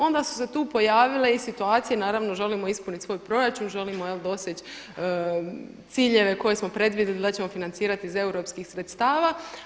Onda su se tu pojavile i situacije naravno želimo ispuniti svoj proračun, želimo doseći ciljeve koje smo predvidjeli da ćemo financirati iz europskih sredstava.